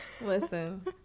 Listen